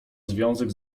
związek